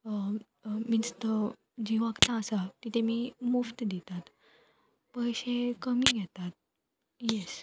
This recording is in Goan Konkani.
मिन्स द जीं वखदां आसा तीं तेमी मुफ्त दितात पयशे कमी घेतात येस